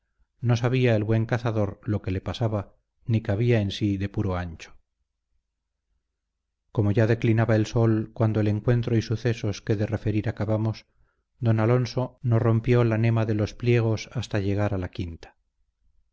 no sabía el buen cazador lo que le pasaba ni cabía en sí de puro ancho como ya declinaba el sol cuando el encuentro y sucesos que de referir acabamos don alonso no rompió la nema de los pliegos hasta llegar a la quinta